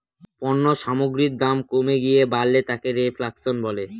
পণ্য সামগ্রীর দাম কমে গিয়ে বাড়লে তাকে রেফ্ল্যাশন বলে